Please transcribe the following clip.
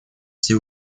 все